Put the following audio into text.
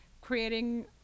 creating